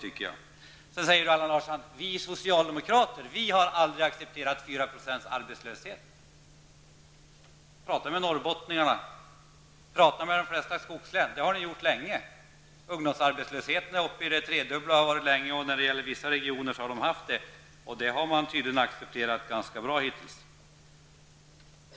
Vidare säger Allan Larsson: Vi socialdemokrater har aldrig accepterat 4 % arbetslöshet. Jag uppmanar då finansministern att tala med norrbottningarna eller med flertalet människor i skogslänen. Då får finansministern besked. Ni har ju länge accepterat 4 % arbetslöshet. Ungdomsarbetslösheten är tre gånger så hög, och så har det varit under en lång tid. När det gäller vissa regioner har det varit så, och det har man tydligen accepterat ganska bra hittills.